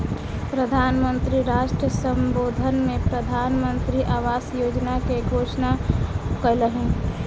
प्रधान मंत्री राष्ट्र सम्बोधन में प्रधानमंत्री आवास योजना के घोषणा कयलह्नि